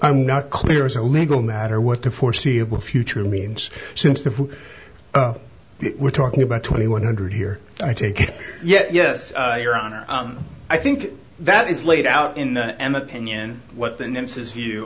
i'm not clear as a legal matter what the foreseeable future means since the who we're talking about twenty one hundred here i take it yet yes your honor i think that is laid out in the